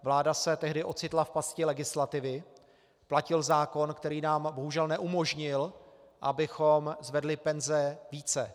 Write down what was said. Vláda se tehdy ocitla v pasti legislativy, platil zákon, který nám bohužel neumožnil, abychom zvedli penze více.